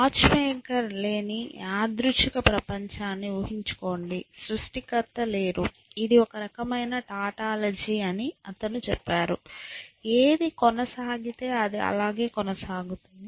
watch maker లేని యాదృచ్ఛిక ప్రపంచాన్ని ఊహించుకోండి సృష్టికర్త లేడు ఇది ఒక రకమైన టాటాలజీ అని అతను చెప్పాడు ఏది కొనసాగితే అది అలాగే కొనసాగుతుంది